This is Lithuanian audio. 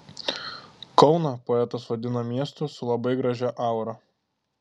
kauną poetas vadina miestu su labai gražia aura